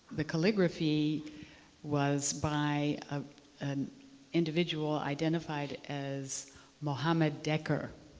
the calligraphy was by an individual identified as mohammed decker.